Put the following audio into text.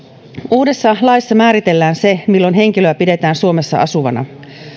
uudessa laissa määritellään se milloin henkilöä pidetään suomessa asuvana